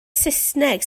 saesneg